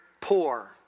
poor